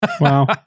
Wow